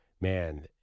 Man